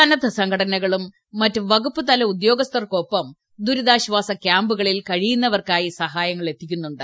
സന്നദ്ധ സംഘടനകളും മറ്റു വകുപ്പ് തല ഉദ്യോഗസ്ഥർക്കൊപ്പം ദുരിതാശ്വാസ ക്യാമ്പുകളിൽ കഴിയുന്നവർക്കായി സഹായങ്ങൾ എത്തിക്കുന്നുണ്ട്